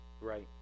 Right